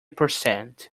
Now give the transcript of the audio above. percent